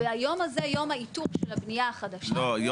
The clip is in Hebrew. והיום הזה יום האיתור של הבנייה החדשה --- לא,